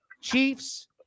Chiefs